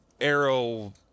arrow